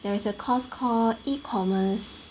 there is a course called e-commerce